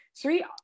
three